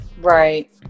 right